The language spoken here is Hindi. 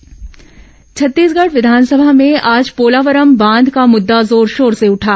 विधानसभा समाचार छत्तीसगढ़ विधानसभा में आज पोलावरम बांध का मुद्दा जोरशोर से उठा